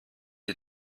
die